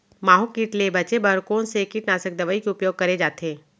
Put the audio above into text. माहो किट ले बचे बर कोन से कीटनाशक दवई के उपयोग करे जाथे?